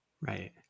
Right